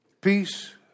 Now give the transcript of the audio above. peace